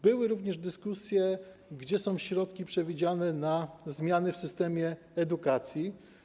Były również dyskusje o tym, gdzie są środki przewidziane na zmiany w systemie edukacji.